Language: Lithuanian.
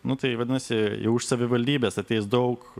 nu tai vadinasi jau iš savivaldybės ateis daug